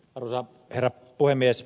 arvoisa herra puhemies